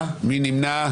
מי נמנע?